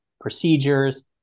procedures